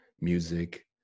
music